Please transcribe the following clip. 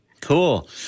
Cool